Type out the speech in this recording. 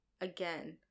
again